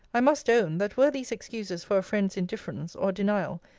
i must own, that were these excuses for a friend's indifference, or denial,